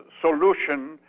solution